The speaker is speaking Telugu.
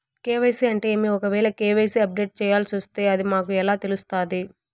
కె.వై.సి అంటే ఏమి? ఒకవేల కె.వై.సి అప్డేట్ చేయాల్సొస్తే అది మాకు ఎలా తెలుస్తాది?